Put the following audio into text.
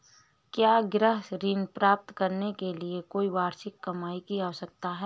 क्या गृह ऋण प्राप्त करने के लिए कोई वार्षिक कमाई की आवश्यकता है?